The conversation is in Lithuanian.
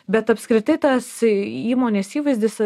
bet apskritai tas įmonės įvaizdis